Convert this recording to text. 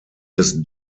des